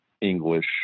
English